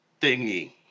thingy